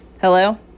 Hello